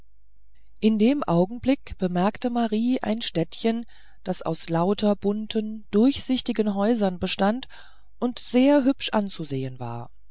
in dem augenblick bemerkte marie ein städtchen das aus lauter bunten durchsichtigen häusern bestand und sehr hübsch anzusehen war